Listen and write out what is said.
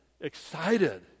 excited